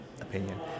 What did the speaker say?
opinion